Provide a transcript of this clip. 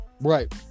Right